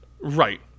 Right